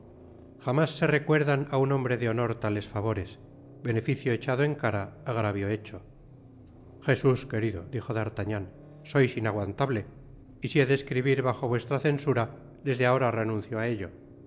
jamás se recuerdan á un hombre de honor tales favores beneficio echado en cara agravio hecho jesus i querido dijo d'artagnan sois inaguantable y si he de escribir bajo vuestra censura desde ahora renuncio á ello